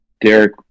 Derek